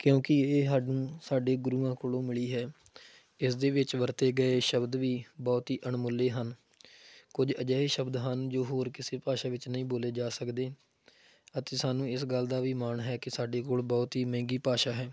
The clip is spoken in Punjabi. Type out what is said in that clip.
ਕਿਉਂਕਿ ਇਹ ਸਾਨੂੰ ਸਾਡੇ ਗੁਰੂਆਂ ਕੋਲੋਂ ਮਿਲੀ ਹੈ ਇਸ ਦੇ ਵਿੱਚ ਵਰਤੇ ਗਏ ਸ਼ਬਦ ਵੀ ਬਹੁਤ ਹੀ ਅਣਮੁੱਲੇ ਹਨ ਕੁਝ ਅਜਿਹੇ ਸ਼ਬਦ ਹਨ ਜੋ ਹੋਰ ਕਿਸੇ ਭਾਸ਼ਾ ਵਿੱਚ ਨਹੀਂ ਬੋਲੇ ਜਾ ਸਕਦੇ ਅਤੇ ਸਾਨੂੰ ਇਸ ਗੱਲ ਦਾ ਵੀ ਮਾਣ ਹੈ ਕਿ ਸਾਡੀ ਕੋਲ ਬਹੁਤ ਹੀ ਮਹਿੰਗੀ ਭਾਸ਼ਾ ਹੈ